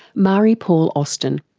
marie-paule austin.